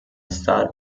star